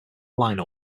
line